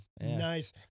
Nice